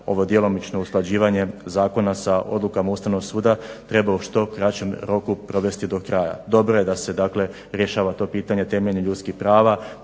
ovo djelomično usklađivanje zakona sa odlukama Ustavnog suda treba u što kraćem roku provesti do kraja. Dobro je da se dakle rješava to pitanje temeljnih ljudskih prava,